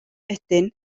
ydyn